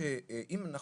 שאם אנחנו